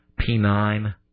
p9